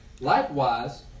Likewise